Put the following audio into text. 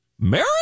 Mary